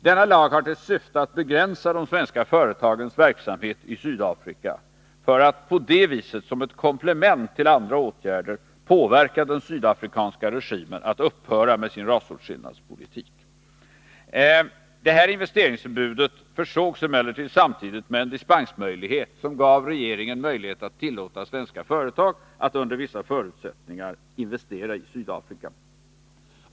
Denna lag har till syfte att begränsa de svenska företagens verksamhet i Sydafrika för att på det sättet, som ett komplement till andra åtgärder, påverka den sydafrikanska regimen att ompröva sin rasåtskillnadspolitik. Detta investeringsförbud försågs emellertid samtidigt med en dispensmöjlighet, som gjorde att regeringen kunde tillåta svenska företag att under vissa förutsättningar investera i Sydafrika.